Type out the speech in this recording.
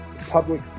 public